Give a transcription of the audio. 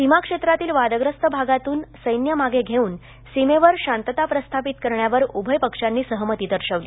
सीमा क्षेत्रातील वादग्रस्त भागातून सैन्य मागे घेऊन सीमेवर शांतता प्रस्थापित करण्यावर उभय पक्षांनी सहमती दर्शवली